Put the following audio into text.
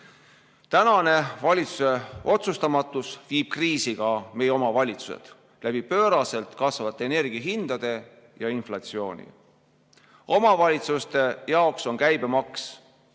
Tänase valitsuse otsustamatus viib kriisi ka meie omavalitsused pööraselt kasvavate energiahindade ja inflatsiooni tõttu. Omavalitsuste jaoks on käibemaks